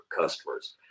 customers